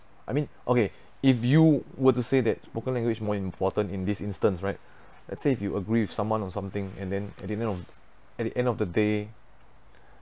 I mean okay if you were to say that spoken language more important in this instance right let's say if you agree with someone or something and then at the end of at the end of the day